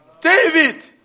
David